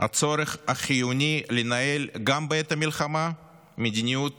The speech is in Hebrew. הצורך החיוני לנהל גם בעת המלחמה מדיניות